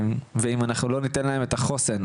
ואם אנחנו לא ניתן להם את החוסן,